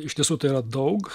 iš tiesų tai yra daug